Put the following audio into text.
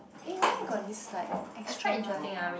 eh why I got this like extra one